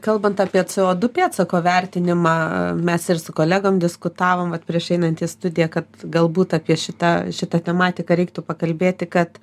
kalbant apie co du pėdsako vertinimą mes ir su kolegom diskutavom vat prieš einant į studiją kad galbūt apie šitą šita tematika reiktų pakalbėti kad